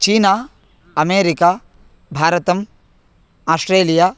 चीना America भारतम् Australia